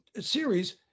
series